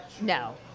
no